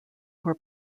were